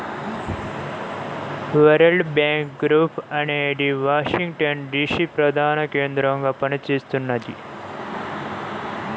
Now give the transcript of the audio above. world Bank Group అనేది Washington DC ప్రధానకేంద్రంగా పనిచేస్తున్నది